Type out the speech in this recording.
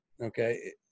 okay